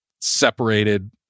separated